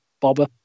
Bobber